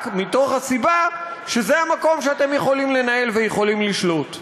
מהסיבה שזה המקום שאתם יכולים לנהל ויכולים לשלוט.